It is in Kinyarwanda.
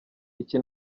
iki